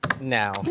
now